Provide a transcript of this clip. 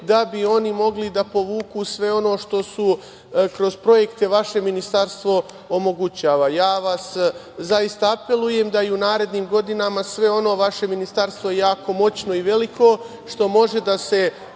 da bi oni mogli da povuku sve ono što im kroz projekte vaše ministarstvo omogućava. Apelujem da i u narednim godinama sve ono što, vaše ministarstvo je jako moćno i veliko, može da se